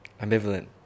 Ambivalent